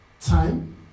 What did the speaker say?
time